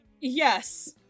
Yes